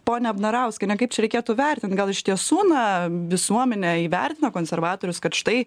pone abnarauskiene kaip čia reikėtų vertint gal iš tiesų na visuomenė įvertino konservatorius kad štai